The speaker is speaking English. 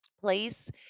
place